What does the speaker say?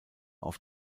auf